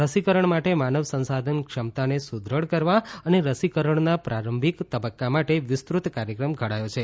રસીકરણ માટે માનવ સંસાધન ક્ષમતાને સૂદ્રઢ કરવા અને રસીકરણના પ્રારંભિક તબક્કા માટે વિસ્તૃત કાર્યક્રમ ઘડાયો છે